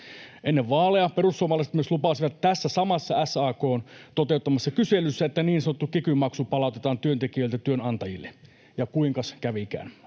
Ennen vaaleja perussuomalaiset lupasivat tässä samassa SAK:n toteuttamassa kyselyssä, että niin sanottu kiky-maksu palautetaan työntekijöiltä työnantajille. Ja kuinkas kävikään?